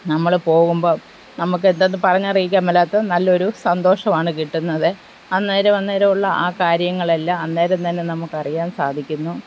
നമ്മൾ പോകുമ്പം നമുക്ക് എന്തെന്ന് പറഞ്ഞറിയിക്കാൻ മേലാത്ത നല്ലൊരു സന്തോഷമാണ് കിട്ടുന്നത് അന്നേരം അന്നേരം ഉള്ള ആ കാര്യങ്ങളെല്ലാം അന്നേരം തന്നെ നമുക്കറിയാൻ സാധിക്കുന്നു